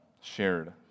shared